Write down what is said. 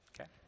Okay